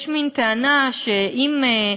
יש מין טענה שאם,